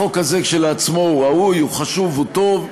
החוק הזה כשלעצמו הוא ראוי, הוא חשוב, הוא טוב,